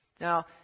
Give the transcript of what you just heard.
Now